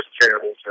terrible